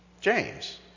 James